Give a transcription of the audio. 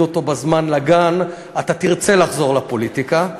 אותו בזמן לגן אתה תרצה לחזור לפוליטיקה.